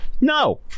No